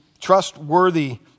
trustworthy